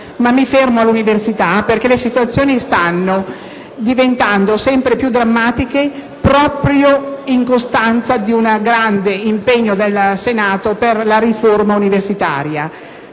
ma mi fermo all'università perché le situazioni stanno diventando sempre più drammatiche proprio in costanza di un grande impegno del Senato per la riforma universitaria.